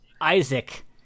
Isaac